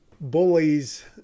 bullies